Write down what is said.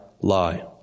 lie